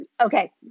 Okay